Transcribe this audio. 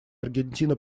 аргентина